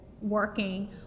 working